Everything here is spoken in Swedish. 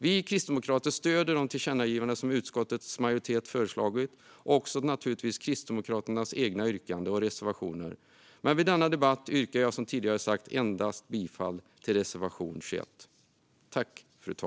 Vi kristdemokrater stöder de tillkännagivanden som utskottets majoritet föreslagit och naturligtvis också Kristdemokraternas egna yrkande och reservationer, men vid denna debatt yrkar jag, som jag tidigare sagt, bifall endast till reservation 21.